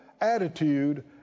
attitude